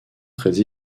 très